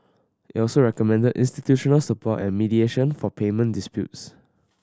it also recommended institutional support and mediation for payment disputes